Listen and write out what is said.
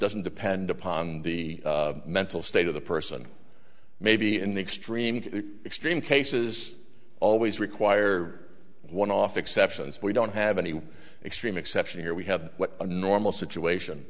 doesn't depend upon the mental state of the person maybe in the extreme extreme cases always require one off exceptions we don't have any extreme exception here we have a normal situation